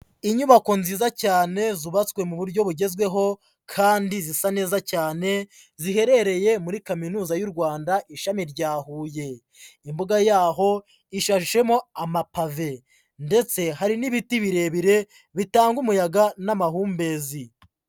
Inyubako nziza cyane zubatswe mu buryo bugezweho kandi zisa neza cyane, ziherereye muri Kaminuza y'u Rwanda ishami rya Huye. Imbuga yaho ishashemo amapave ndetse hari n'ibiti birebire bitanga umuyaga n'amahumbezi.